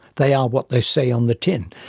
they are what they say on the tin.